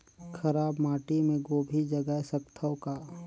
खराब माटी मे गोभी जगाय सकथव का?